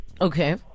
Okay